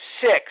six